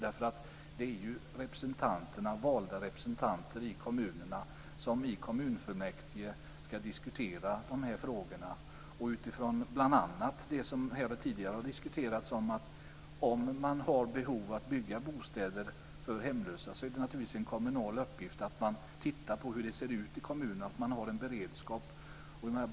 Det är de valda representanterna i kommunerna som i kommunfullmäktige ska diskutera de här frågorna. Har man, som även tidigare har diskuterats, behov av att bygga bostäder för hemlösa är det naturligtvis en kommunal uppgift att titta närmare på hur det ser ut i kommunen och att ha en beredskap.